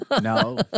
no